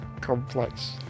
complex